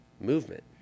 movement